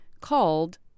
called